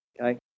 Okay